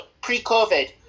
Pre-Covid